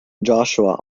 joshua